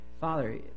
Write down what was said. Father